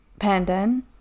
pandan